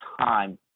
time